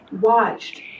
watched